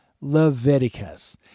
Leviticus